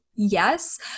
Yes